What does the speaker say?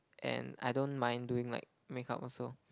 and I don't mind doing like makeup also